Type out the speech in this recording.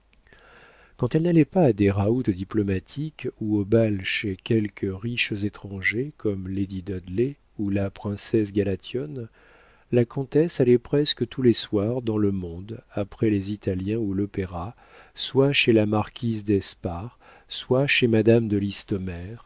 quand elle n'allait pas à des routs diplomatiques ou au bal chez quelques riches étrangers comme lady dudley ou la princesse galathionne la comtesse allait presque tous les soirs dans le monde après les italiens ou l'opéra soit chez la marquise d'espard soit chez madame de listomère